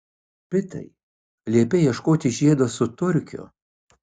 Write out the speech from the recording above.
pitai liepei ieškoti žiedo su turkiu